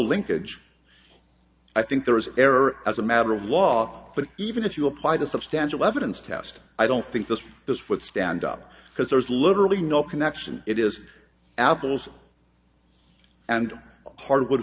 linkage i think there is an error as a matter of law but even if you apply the substantial evidence test i don't think that this would stand up because there is literally no connection it is apples and hardwood